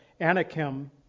Anakim